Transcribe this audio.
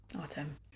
Autumn